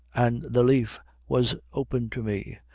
an' the leaf was open to me.